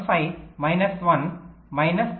75 minus 1 minus 0